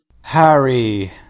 Harry